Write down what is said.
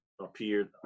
appeared